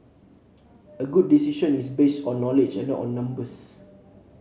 a good decision is based on knowledge and not on numbers